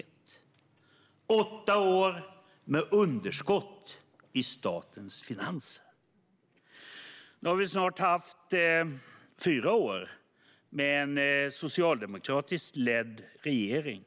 Det var åtta år med underskott i statens finanser. Nu har vi snart haft fyra år med en socialdemokratiskt ledd regering.